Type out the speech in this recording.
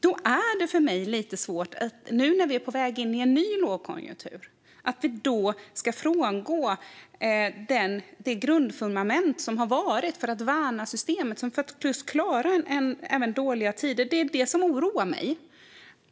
Nu när vi är på väg in i en ny lågkonjunktur blir det lite svårt för mig att förstå att vi ska frångå det grundfundament som har funnits för att värna systemet och för att klara även dåliga tider. Det är detta som oroar mig.